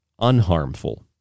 unharmful